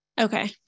Okay